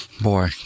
Boy